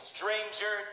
Stranger